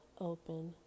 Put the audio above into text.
open